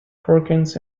perkins